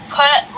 put